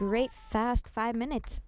great fast five minutes